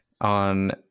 On